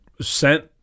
sent